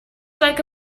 like